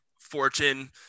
fortune